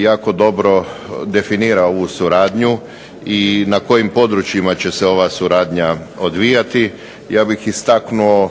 jako dobro definira ovu suradnju i na kojim područjima će se ova suradnja odvijati. Ja bih istaknuo